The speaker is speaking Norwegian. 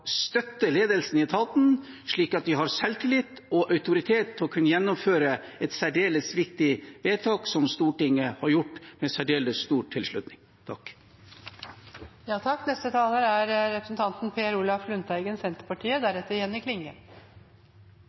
støtte ledelsen i etaten slik at de har selvtillit og autoritet til å kunne gjennomføre et særdeles viktig vedtak som Stortinget har gjort med særdeles stor tilslutning. Høyres språk er nærpolitireform. En ønsker å skape inntrykk av nærhet. Realiteten er